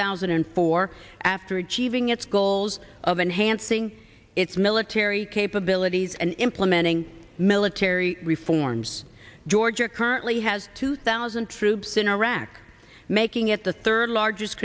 thousand and four after achieving its goals of enhancing its military capabilities and implementing military reforms george are currently has two thousand troops in iraq making it the third largest